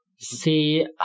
See